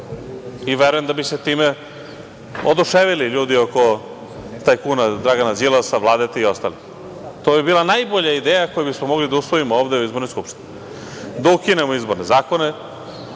i verujem da bi se time oduševili ljudi oko tajkuna Dragana Đilasa, Vladete i ostalih. To bi bila najbolja ideja koju bismo mogli da usvojimo ovde u Skupštini, da ukinemo izborne zakone,